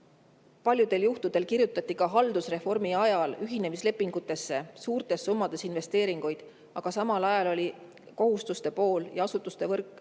Paljudel juhtudel kirjutati ka haldusreformi ajal ühinemislepingutesse suurtes summades investeeringuid, aga samal ajal oli kohustuste pool ja asutuste võrk